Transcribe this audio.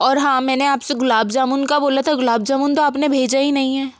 और हाँ मैंने आपसे गुलाब जामुन का बोला था गुलाब जामुन तो आपने भेजा ही नहीं है